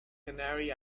canary